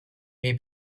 may